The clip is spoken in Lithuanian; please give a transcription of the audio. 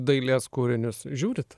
dailės kūrinius žiūrit